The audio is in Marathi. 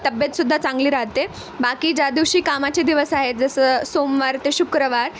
तब्येतसुद्धा चांगली राहते बाकी ज्यादिवशी कामाचे दिवस आहेत जसं सोमवार ते शुक्रवार